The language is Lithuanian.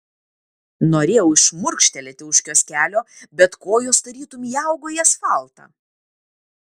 norėjau šmurkštelėti už kioskelio bet kojos tarytum įaugo į asfaltą